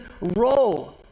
role